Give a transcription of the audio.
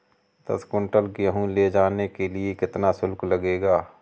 दस कुंटल गेहूँ ले जाने के लिए कितना शुल्क लगेगा?